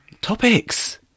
Topics